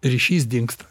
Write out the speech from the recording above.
ryšys dingsta